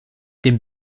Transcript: dem